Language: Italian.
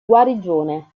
guarigione